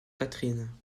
catherine